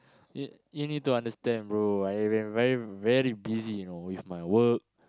y~ you need to understand bro I've been very very busy you know with my work